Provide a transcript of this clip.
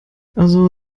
also